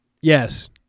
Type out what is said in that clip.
Yes